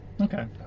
Okay